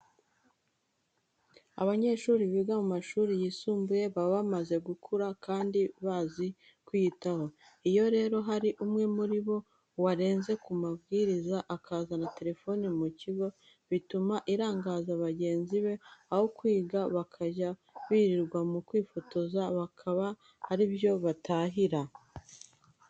Abanyeshuri biga mu mashuri yisumbuye baba bamaze gukura kandi bazi kwiyitaho. Iyo rero hari umwe muri bo warenze ku mabyiriza akazana telefone mu kigo bituma irangaza bagenzi be aho kwiga bakajya birirwa mu kwifotoza bakaba ari byo batahira.